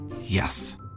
Yes